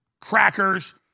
crackers